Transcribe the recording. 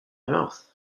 mouth